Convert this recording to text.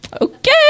Okay